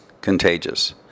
Contagious